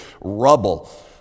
rubble